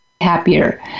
happier